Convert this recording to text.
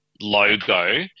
logo